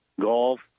golf